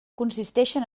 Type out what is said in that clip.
consisteixen